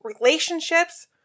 relationships